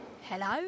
Hello